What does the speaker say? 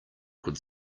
could